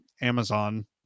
amazon